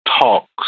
talks